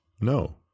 No